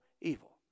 evil